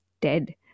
dead